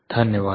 धन्यवाद